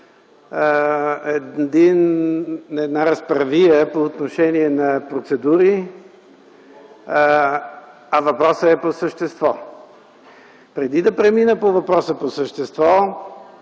една разправия по отношение на процедури, а въпросът е по същество. Преди да премина към въпроса по същество,